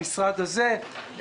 המשרד הזה,